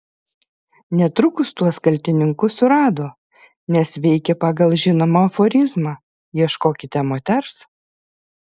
netrukus tuos kaltininkus surado nes veikė pagal žinomą aforizmą ieškokite moters